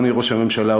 אדוני ראש הממשלה,